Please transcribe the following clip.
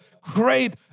great